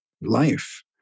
life